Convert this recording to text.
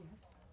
Yes